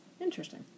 Interesting